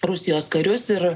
rusijos karius ir